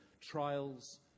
trials